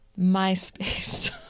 myspace